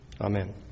Amen